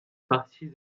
partie